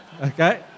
Okay